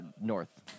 North